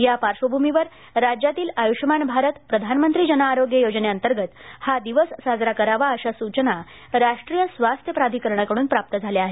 या पार्श्वभ्मीवर राज्यातील आयुष्यमान भारत प्रधानमंत्री जन आरोग्य योजनेअंतर्गत हा दिवस साजरा करावा अशा सूचना राष्ट्रीय स्वास्थ प्राधिकरणाकड्रन प्राप्त झाल्या आहेत